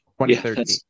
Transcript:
2013